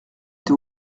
été